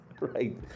Right